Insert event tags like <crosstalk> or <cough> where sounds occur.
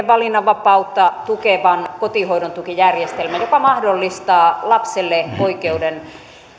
<unintelligible> valinnanvapautta tukevan kotihoidon tukijärjestelmän joka mahdollistaa lapselle oikeuden